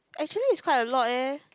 actually is quite a lot eh